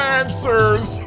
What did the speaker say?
answers